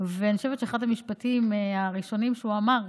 לפני הבחירות אנחנו רוצים להגיע.